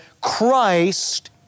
Christ